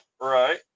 Right